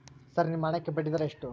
Sir ನಿಮ್ಮ ಹಣಕ್ಕೆ ಬಡ್ಡಿದರ ಎಷ್ಟು?